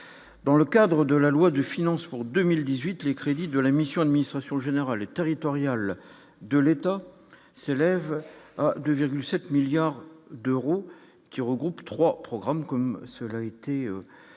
dans le cadre de la loi de finances pour 2018, les crédits de la mission, administration générale territoriale de l'État s'élève à 2 7 milliards d'euros, qui regroupe 3 programmes, comme cela a été